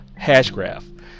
Hashgraph